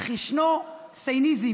אך ישנו סייניזם,